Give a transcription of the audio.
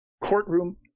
courtroom